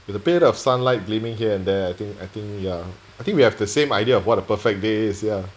with a bit of sunlight gleaming here and there I think I think yeah I think we have the same idea of what a perfect day is ya